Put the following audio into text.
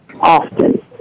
often